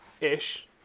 ish